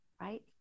right